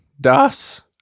Das